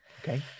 Okay